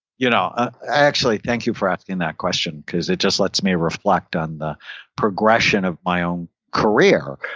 you know ah i actually thank you for asking that question because it just lets me reflect on the progression of my own career.